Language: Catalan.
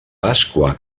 pasqua